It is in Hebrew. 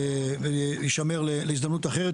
שיישמר להזדמנות אחרת,